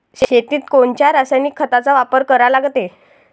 शेतीत कोनच्या रासायनिक खताचा वापर करा लागते?